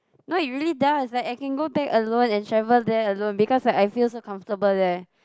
no it really does like I can go there alone and travel there alone because like I feel so comfortable there